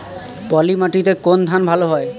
পলিমাটিতে কোন ধান ভালো হয়?